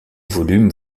volumes